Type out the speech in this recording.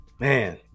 man